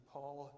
Paul